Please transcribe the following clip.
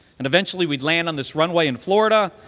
and eventually, we'd land on this runway in florida.